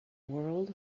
world